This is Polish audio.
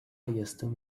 jestem